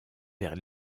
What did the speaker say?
vers